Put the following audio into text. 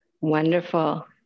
Wonderful